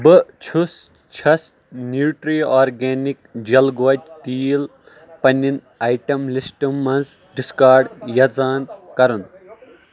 بہٕ چھُس چھس نیوٗٹرٛی آرگینِک جل گوج تیٖل پنٛنیٚن آیٹم لسٹ منٛز ڈسکارڈ یژھان کرُن